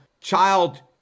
child